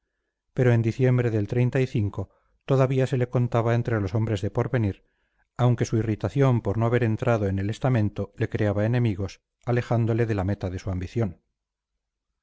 pero en diciembre del todavía se le contaba entre los hombres de porvenir aunque su irritación por no haber entrado en el estamento le creaba enemigos alejándole de la meta de su ambición